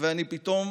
ואני פתאום